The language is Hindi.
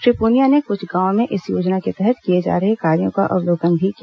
श्री पुनिया ने कुछ गांवों में इस योजना के तहत किए जा रहे कार्यों का अवलोकन भी किया